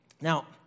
Now